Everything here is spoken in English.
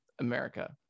America